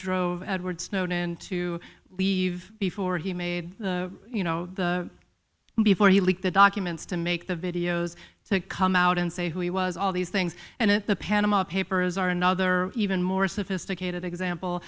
drove edward snowden to leave before he made the you know the before he leaked the documents to make the videos to come out and say who he was all these things and at the panama papers are another even more sophisticated example